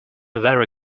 very